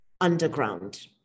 underground